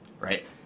right